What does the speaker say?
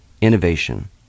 innovation